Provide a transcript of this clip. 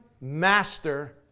master